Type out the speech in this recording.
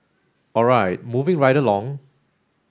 all right moving right along